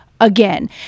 again